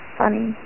funny